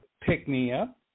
pick-me-up